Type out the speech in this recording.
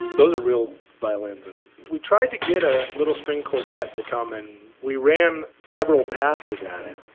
those are real violins, and we tried to get a little string quartet to come, and we ran several passes at it.